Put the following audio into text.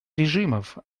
режимов